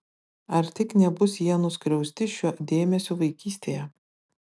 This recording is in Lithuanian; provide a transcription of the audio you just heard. ar tik nebus jie nuskriausti šiuo dėmesiu vaikystėje